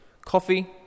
Coffee